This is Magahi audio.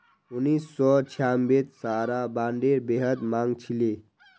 उन्नीस सौ छियांबेत सहारा बॉन्डेर बेहद मांग छिले